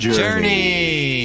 journey